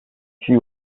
she